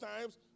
times